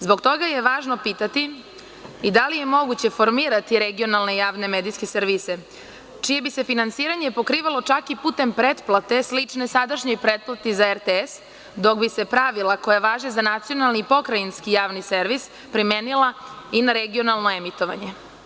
Zbog toga je važno pitati da li je moguće formirati regionalne javne servise, čije bi se finansiranje pokrivalo putem pretplate slične sadašnjoj pretplati za RTS, dok bi se pravila koja važe za nacionalni i pokrajinski javni servis primenila i na regionalno emitovanje?